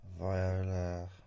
Viola